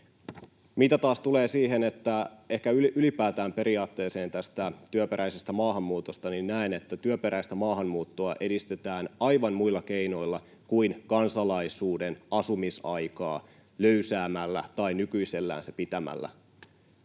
Mitä taas tulee ehkä ylipäätään periaatteeseen tästä työperäisestä maahanmuutosta, niin näen, että työperäistä maahanmuuttoa edistetään aivan muilla keinoilla kuin kansalaisuuden asumisaikaa löysäämällä tai pitämällä